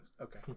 okay